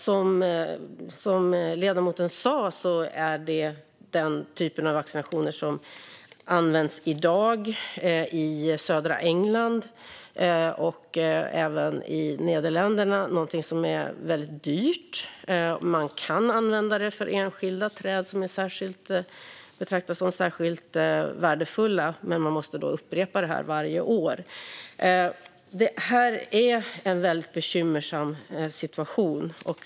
Som ledamoten sa är den typ av vaccination som i dag används i södra England och även i Nederländerna någonting som är väldigt dyrt. Man kan använda det för enskilda träd som betraktas som särskilt värdefulla, men man måste då upprepa det varje år. Det är en väldigt bekymmersam situation.